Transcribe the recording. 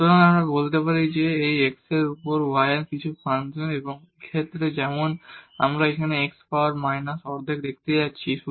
সুতরাং আমরা বলতে পারি যে এটি x এর উপর y এর কিছু ফাংশন এবং এই ক্ষেত্রে যেমন আমরা এখানে x পাওয়ার মাইনাস অর্ধেক দেখতে পাচ্ছি